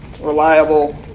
reliable